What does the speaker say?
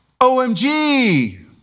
OMG